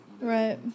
Right